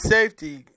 Safety